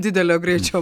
didelė greičiau